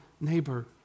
neighbor